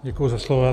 Děkuji za slovo.